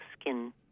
skin